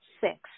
six